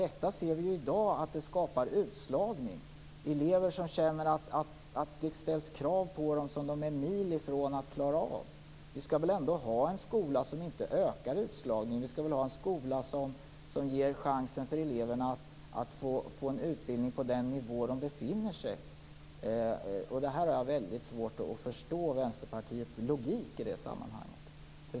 Vi ser att systemet i dag skapar utslagning. Elever känner att det ställs krav på dem som de är mil ifrån att kunna klara av. Vi skall väl ändå ha en skola som inte ökar utslagningen, utan som ger chansen för eleverna att få en utbildning på den nivå där de befinner sig? Jag har väldigt svårt att förstå Vänsterpartiets logik i det här sammanhanget.